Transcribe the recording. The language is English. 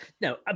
No